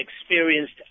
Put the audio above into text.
experienced